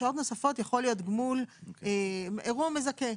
שעות נוספות יכול להיות גמול, אירוע מזכה.